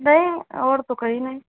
نہیں اور تو کہیں نہیں